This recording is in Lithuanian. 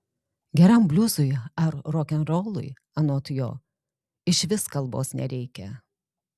geram bliuzui ar rokenrolui anot jo išvis kalbos nereikia